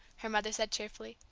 her mother said cheerfully.